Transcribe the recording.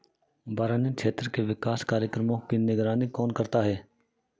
बरानी क्षेत्र के विकास कार्यक्रमों की निगरानी कौन करता है?